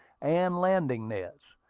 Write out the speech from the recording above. and landing-nets.